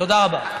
תודה רבה.